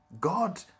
god